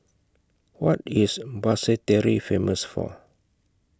What IS Basseterre Famous For